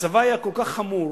מצבה היה כל כך חמור